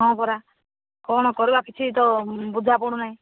ହଁ ପରା କ'ଣ କରିବା କିଛି ତ ବୁଝା ପଡ଼ୁନାହିଁ